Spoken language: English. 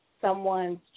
someone's